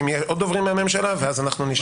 יהיו עוד דוברים מהממשלה ואז אנחנו נשאל שאלות.